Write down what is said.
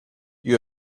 you